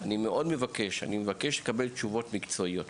אני מבקש לקבל תשובות מקצועיות.